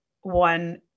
one